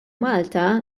malta